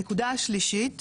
הנקודה השלישית